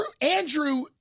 Andrew